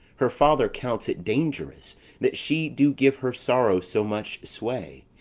her father counts it dangerous that she do give her sorrow so much sway,